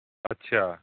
ਅੱਛਾ